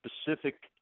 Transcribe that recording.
specific